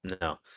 No